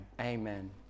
amen